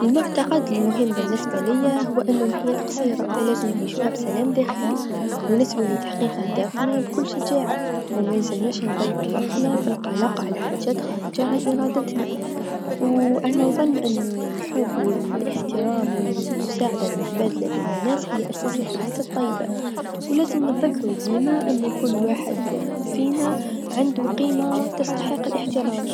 المعتقد المهم بالنسبه ليا هو أنو الحياة قصيره، لازم نعيشوها بسلام داخلي و نسعو لتحقيق أهدافنا بكل شجاعه و مالزمش نضيعو وقتنا في القلق على حاجات خارجا على إيرادتنا و أنا نظن أنو الحب و الإحترام و المساعده المتبادله بين الناس هي أساس الحياة الطيبه و لازم نتذكرو ديما أن كل واحد فينا عندو قيمه تستحق الإحترام.